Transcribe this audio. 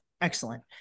Excellent